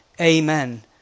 amen